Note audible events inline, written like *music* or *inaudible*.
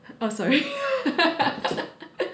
I'm sorry *laughs*